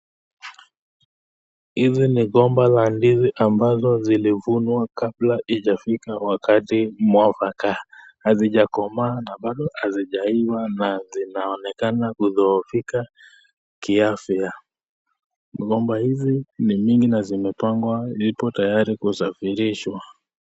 Hizi ni gomba la ndizi ambazo zilivunwa kabla haijafika wakati mwafaka. Hazijakomaa na bado hazijaiva na zinaonekana kudhohifika kiafya. Migomba hizi ni nyingi na zimepangwa ziko tayari kusafirishwa.